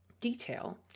detail